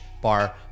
bar